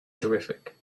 terrific